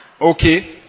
Okay